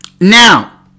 Now